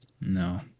No